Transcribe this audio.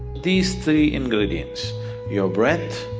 these three ingredients your breath,